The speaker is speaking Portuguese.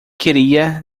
queria